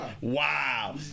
Wow